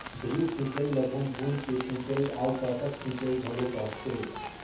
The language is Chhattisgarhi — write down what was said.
ड्रिप सिंचई ल बूंद बूंद के सिंचई आऊ टपक सिंचई घलो कहथे